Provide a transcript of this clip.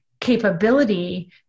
capability